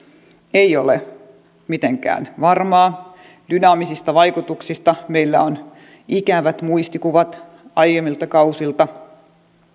ei ole mitenkään varmaa dynaamisista vaikutuksista meillä on ikävät muistikuvat aiemmilta kausilta